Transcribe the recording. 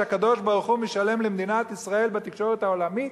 שהקדוש-ברוך-הוא משלם למדינת ישראל בתקשורת העולמית